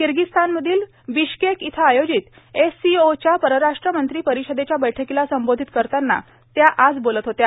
किरगिझस्थानमधील Bishkek इथं आयोजित एससीओच्या परराष्ट्र मंत्री परिषदेच्या बैठकीला संबोधित करताना त्या आज बोलत होत्या